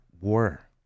war